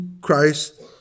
Christ